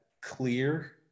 clear